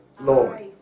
Lord